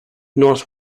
north